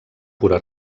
pura